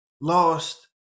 lost